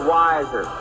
wiser